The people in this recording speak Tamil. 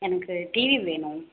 எனக்கு டிவி வேணும்